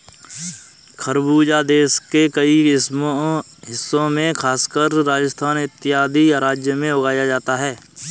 खरबूजा देश के कई हिस्सों में खासकर राजस्थान इत्यादि राज्यों में उगाया जाता है